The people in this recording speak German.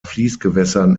fließgewässern